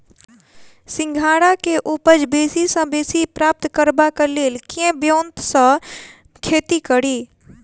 सिंघाड़ा केँ उपज बेसी सऽ बेसी प्राप्त करबाक लेल केँ ब्योंत सऽ खेती कड़ी?